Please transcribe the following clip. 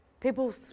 People